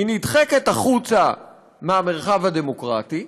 היא נדחקת החוצה מהמרחב הדמוקרטי,